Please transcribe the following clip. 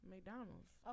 McDonald's